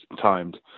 timed